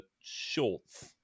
shorts